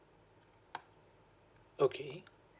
okay